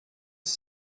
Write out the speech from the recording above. sie